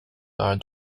are